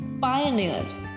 pioneers